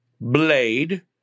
Blade